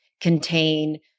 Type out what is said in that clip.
contain